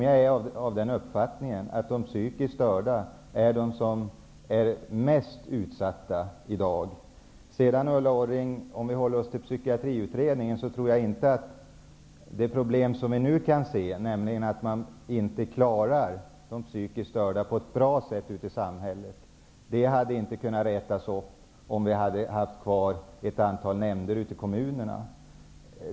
Jag är av den uppfattningen att de i dag mest utsatta är de psykiskt störda. Om vi håller oss till Psykiatriutredningen, Ulla Orring, tror jag inte de problem som vi nu kan se, nämligen att man inte klarar av att i samhället ta hand om de psykiskt störda på ett bra sätt, hade kunnat lösas genom att vi haft kvar ett antal nämnder ute i kommunerna.